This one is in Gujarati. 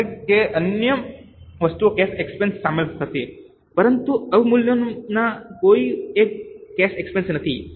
જેમ કે અન્ય વસ્તુઓમાં કેશ એક્સપેન્સ સામેલ હશે પરંતુ અવમૂલ્યનમાં કોઈ કેશ એક્સપેન્સ નથી